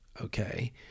okay